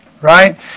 right